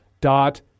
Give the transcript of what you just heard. dot